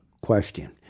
question